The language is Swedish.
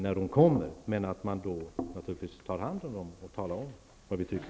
Vi skall naturligtvis ändå ta emot gruppen när den kommer, men vi bör tala om vad vi tycker.